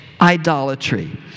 idolatry